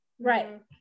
right